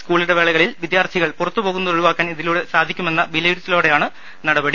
school ഇടവേളകളിൽ വിദ്യാർത്ഥി കൾ പുറത്ത്പോകുന്നത് ഒഴിവാക്കാൻ ഇതിലൂടെ സാധിക്കുമെന്ന വിലയിരുത്തലോടെയാണ് നടപടി